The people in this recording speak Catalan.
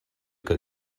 que